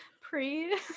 Pre